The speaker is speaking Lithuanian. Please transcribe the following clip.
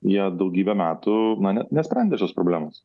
jie daugybę metų na net nesprendė šios problemos